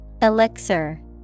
Elixir